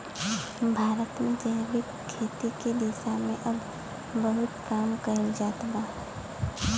भारत में जैविक खेती के दिशा में अब बहुत काम कईल जात बा